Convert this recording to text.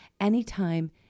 anytime